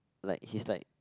like he's like